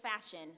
fashion